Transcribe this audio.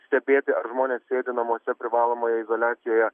stebėti ar žmonės sėdi namuose privalomoje izoliacijoje